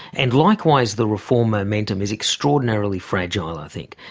and likewise, the reform momentum is extraordinarily fragile, i think.